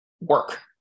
work